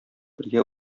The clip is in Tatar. бергә